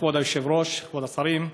כבוד היושב-ראש, כבוד השרים,